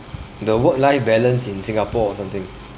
the work life balance in singapore or something